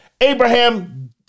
Abraham